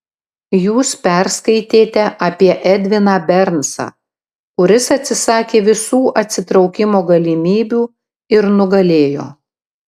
jūs perskaitėte apie edviną bernsą kuris atsisakė visų atsitraukimo galimybių ir nugalėjo